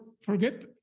forget